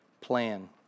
plan